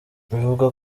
bivugwa